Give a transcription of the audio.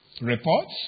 reports